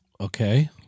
Okay